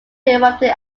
erupted